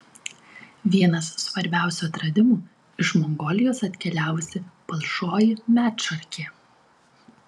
vienas svarbiausių atradimų iš mongolijos atkeliavusi palšoji medšarkė